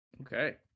Okay